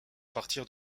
partir